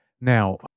Now